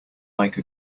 like